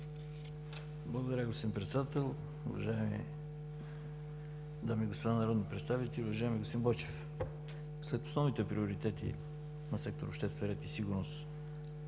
Благодаря, господин Председател. Уважаеми дами и господа народни представители, уважаеми господин Байчев! Сред основните приоритети на сектор „Обществен ред и сигурност“